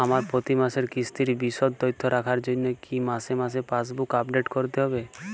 আমার প্রতি মাসের কিস্তির বিশদ তথ্য রাখার জন্য কি মাসে মাসে পাসবুক আপডেট করতে হবে?